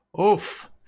Oof